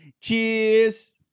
Cheers